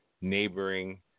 neighboring